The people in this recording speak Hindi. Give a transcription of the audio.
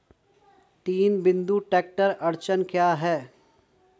तीन बिंदु ट्रैक्टर अड़चन क्या है?